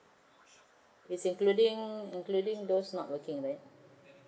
is including including those not working right